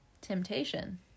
Temptation